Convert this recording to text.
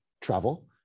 travel